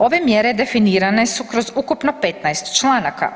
Ove mjere definirane su kroz ukupno 15 članaka.